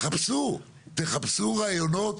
תחפשו רעיונות.